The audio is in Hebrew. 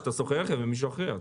שאתה שוכר רכב ממישהו אחר.